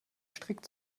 strikt